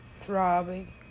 Throbbing